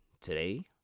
today